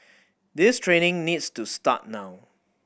this training needs to start now